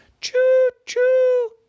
choo-choo